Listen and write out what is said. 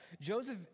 Joseph